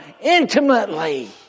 intimately